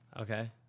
okay